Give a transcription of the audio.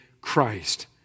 Christ